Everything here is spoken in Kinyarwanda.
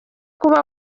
kuba